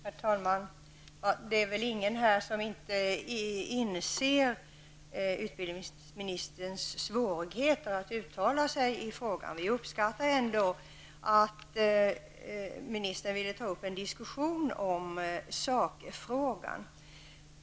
Herr talman! Det är väl inte någon här som inte inser att utbildningsministern har svårt att uttala sig i frågan. Vi uppskattar ändå att ministern vill ta upp en diskussion i sakfrågan.